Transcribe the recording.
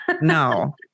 no